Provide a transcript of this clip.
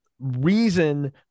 Reason